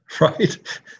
Right